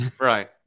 right